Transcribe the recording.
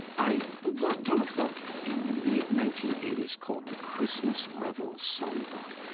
i worked on a book in the mid nineteen eighty s called the christmas revels songbook.